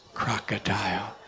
crocodile